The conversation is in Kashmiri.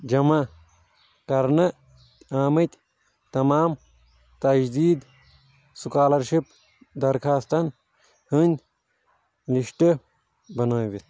جَمح کَرنہٕ آمِتۍ تَمام تجدیٖد سُکالَرشِپ دَرخوٛاستَن ہنٛدۍ لِسٹ بَنٲیِتھ